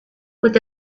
with